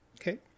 Okay